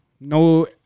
No